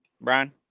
brian